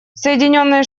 соединенные